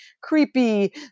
creepy